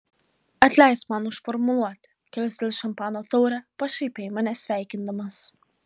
atleisk man už formuluotę kilsteli šampano taurę pašaipiai mane sveikindamas